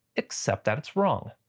except that it's wrong.